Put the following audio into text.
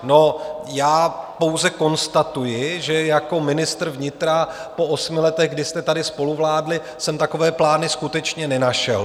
No, pouze konstatuji, že jako ministr vnitra po osmi letech, kdy jste tady spoluvládli, jsem takové plány skutečně nenašel.